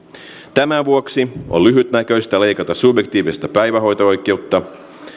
tämän vuoksi on lyhytnäköistä leikata subjektiivista päivähoito oikeutta